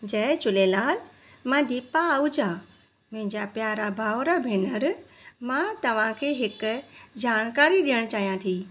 जय झूलेलाल मां दीपा आहुजा मुंहिंजा प्यारा भाउर भेनर मां तव्हांखे हिकु जानकारी ॾिअणु चाहियां थी